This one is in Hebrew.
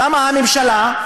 הממשלה,